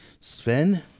Sven